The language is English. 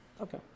Okay